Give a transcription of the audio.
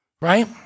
Right